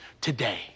today